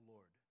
Lord